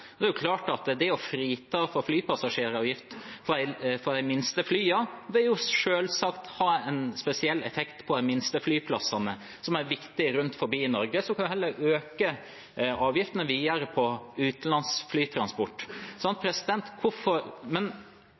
Det er klart at det å frita for flypassasjeravgift for de minste flyene spesielt vil ha effekt på de minste flyplassene, som er viktige rundt om i Norge, så får en heller øke avgiftene videre på utenlands flytransport.